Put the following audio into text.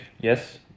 yes